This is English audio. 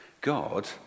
God